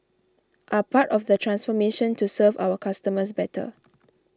are part of the transformation to serve our customers better